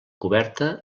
coberta